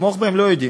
לתמוך בהם לא יודעים.